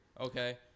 okay